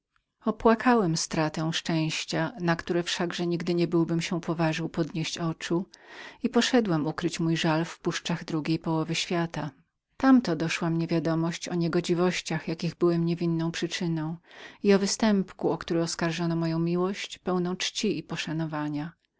opłakałem stratę dobra do którego wszakże nigdy niebyłbym się poważył podnieść oczu i poszedłem ukryć mój żal w puszczach drugiej połowy świata tam to doszła mnie wiadomość o niegodziwościach jakich byłem niewinną przyczyną i o występku o który oskarżano moją miłość pełną czci i poszanowania